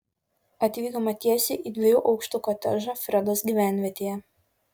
atvykome tiesiai į dviejų aukštų kotedžą fredos gyvenvietėje